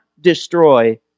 destroy